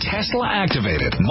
Tesla-activated